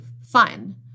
fun